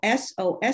SOS